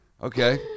Okay